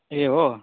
ए हो